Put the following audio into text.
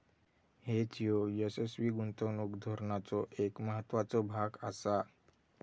hedge ह्यो यशस्वी गुंतवणूक धोरणाचो एक महत्त्वाचो भाग आसा